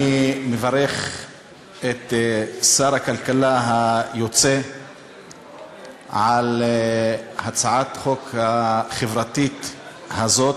אני מברך את שר הכלכלה היוצא על הצעת החוק החברתית הזאת,